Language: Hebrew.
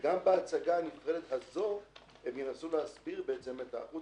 גם בהצגה הנפרדת הזו הם ינסו להסביר את האחוז